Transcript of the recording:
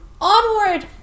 onward